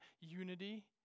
unity